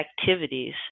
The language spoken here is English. activities